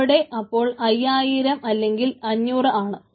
അവിടെ അപ്പോൾ 5000 500 ആണ്